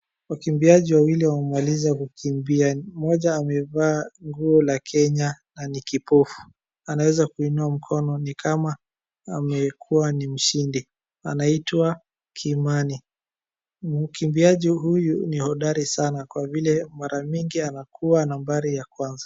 Wakimbiaji wawili wamemaliza kukimbia. Mmoja amevaa nguo la Kenya na ni kipofu. Anweza kuinua mkono ni kama amekuwa ni mshindi. Anaitwa Kimani. Mkimbiaji huyu ni hodari sana kwa vile mara mingi ankuwa nambari ya kwanza.